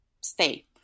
stay